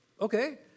Okay